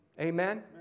Amen